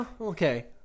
okay